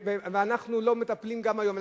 ואנחנו לא מטפלים גם היום.